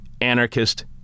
anarchist